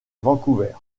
vancouver